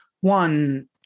one